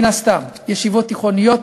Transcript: מן הסתם ישיבות תיכוניות